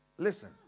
Listen